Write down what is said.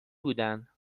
بودن